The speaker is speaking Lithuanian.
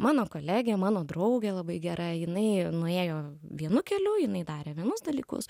mano kolegė mano draugė labai gera jinai nuėjo vienu keliu jinai darė vienus dalykus